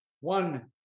One